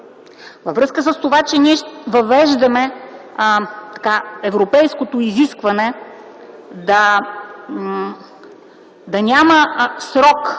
Във връзка с това, че въвеждаме европейското изискване да няма срок,